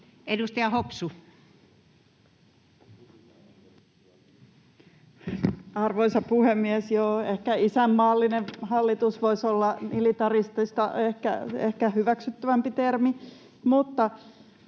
Edustaja Hopsu. Arvoisa puhemies! — Joo, ehkä ”isänmaallinen” hallitus voisi olla ”militaristista” hyväksyttävämpi termi.